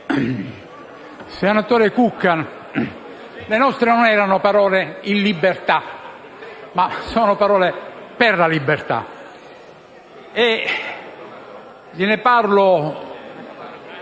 Senatore Cucca, le nostre non erano parole in libertà, ma parole per la libertà.